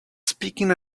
speaking